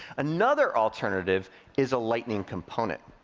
another alternative is a lightning component.